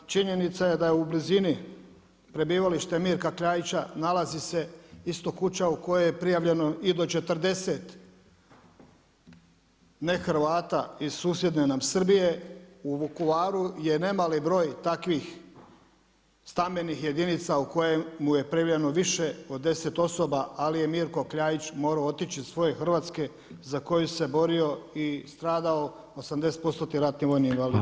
Činjenica je da je u blizini prebivalište Mirka Kljaića, nalazi se isto kuća u kojoj je prijavljeno i do 40 ne Hrvata iz susjedne nam Srbije, u Vukovaru je nemali broj takvih stambenih jedinica u kojem je prijavljeno više od 10 osoba, ali je Mirko Kljaić morao otići iz svoje Hrvatske za koju se borio i stradao, 80% ratni vojni invalid.